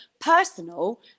personal